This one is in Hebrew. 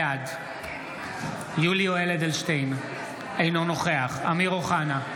בעד יולי יואל אדלשטיין, אינו נוכח אמיר אוחנה,